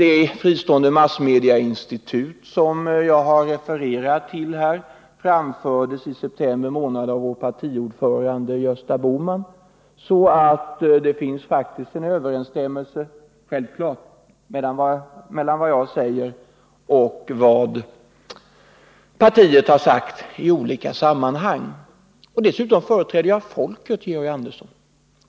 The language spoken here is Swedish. Ett fristående massmedieinstitut som jag har refererat till föreslogs i september månad av vår partiordförande Gösta Bohman, så det finns faktiskt en överensstämmelse — det är helt självklart — mellan vad jag säger och vad partiet i olika sammanhang har uttalat. Dessutom företräder jag folket, Georg Andersson.